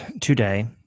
today